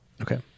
okay